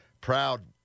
proud